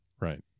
Right